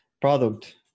product